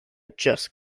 just